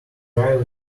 arrived